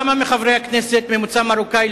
כמה חברי כנסת ממוצא מרוקני,